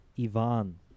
Ivan